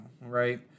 right